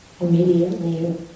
immediately